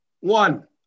one